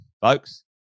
folks